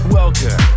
welcome